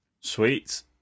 Sweet